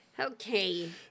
Okay